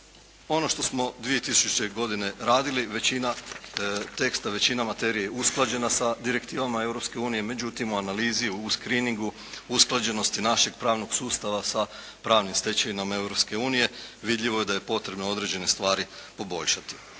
ono što smo 2000. godine radili većina teksta, većina materije je usklađena sa direktivama Europske unije. Međutim, u analizi, u screeningu usklađenosti našeg pravnog sustava sa pravnim stečevinama Europske unije vidljivo je da je potrebno određene stvari poboljšati